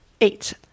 eight